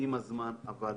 עם הזמן אבל